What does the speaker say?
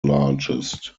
largest